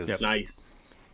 nice